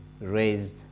raised